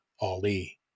Ali